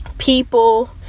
People